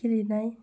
गेलेनाय